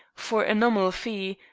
for a nominal fee,